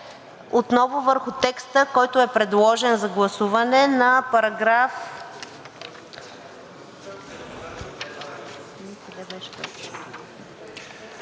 отново върху текста, който е предложен за гласуване на параграф...